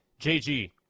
JG